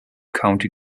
county